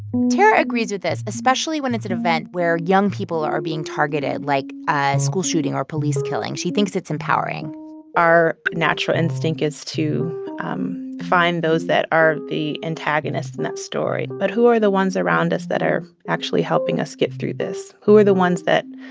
tara agrees with this, especially when it's an event where young people are being targeted, like a school shooting or police killing. she thinks it's empowering our natural instinct is to um find those that are the antagonists in that story. but who are the ones around us that are actually helping us get through this? who are the ones that,